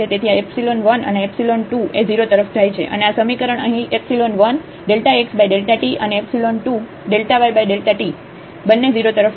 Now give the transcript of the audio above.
તેથી આ ϵ1 અને આ ϵ2 એ 0 તરફ જાય છે અને આ સમીકરણ અહીં 1ΔxΔt અને 2ΔyΔt બંને 0 તરફ જાય છે